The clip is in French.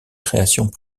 créations